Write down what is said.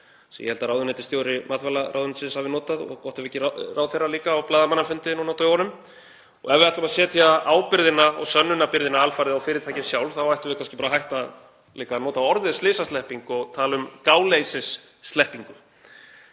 sem ég held að ráðuneytisstjóri matvælaráðuneytisins hafi notað og gott ef ekki ráðherra líka á blaðamannafundi núna á dögunum, og ef við ætlum að setja ábyrgðina og sönnunarbyrðina alfarið á fyrirtækin sjálf þá ættum við kannski bara að hætta að nota orðið slysaslepping og tala um gáleysissleppingu.